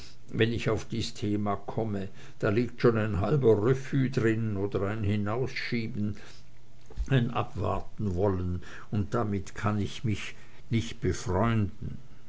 wenn ich auf dies thema komme da liegt schon ein halber refus drin oder ein hinausschieben ein abwartenwollen und damit kann ich mich nicht befreunden